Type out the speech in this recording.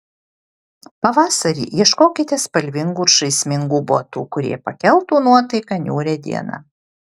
pavasarį ieškokite spalvingų ir žaismingų botų kurie pakeltų nuotaiką niūrią dieną